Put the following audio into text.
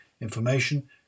information